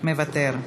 אני מוותר.